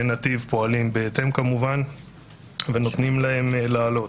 ונתיב פועלים בהתאם כמובן ונותנים להם לעלות.